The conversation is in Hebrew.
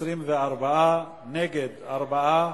24, נגד, 4,